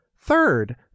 Third